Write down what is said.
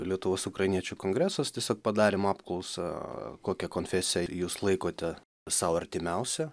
lietuvos ukrainiečių kongresas tiesiog padarėm apklausą kokią konfesiją jūs laikote sau artimiausia